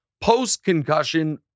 post-concussion